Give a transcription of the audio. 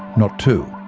not two.